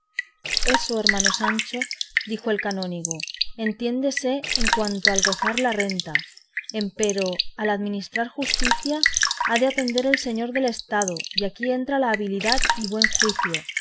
eso hermano sancho dijo el canónigo entiéndese en cuanto al gozar la renta empero al administrar justicia ha de atender el señor del estado y aquí entra la habilidad y buen juicio